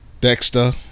Dexter